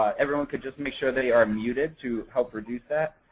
everyone could just make sure they are muted to help reduce that.